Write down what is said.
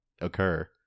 occur